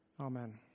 Amen